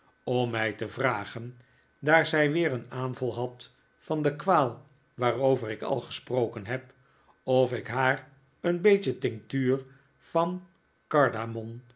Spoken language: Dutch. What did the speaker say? om mi te vragen daar zij weer een aanval had van de kwaal waarover ik al gesproken heb of ik haar aan een beetje tinctuur van